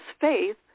faith